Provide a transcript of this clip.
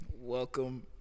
welcome